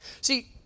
See